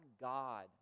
God